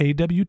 AWT